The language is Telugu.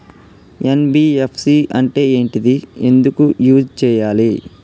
ఎన్.బి.ఎఫ్.సి అంటే ఏంటిది ఎందుకు యూజ్ చేయాలి?